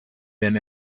been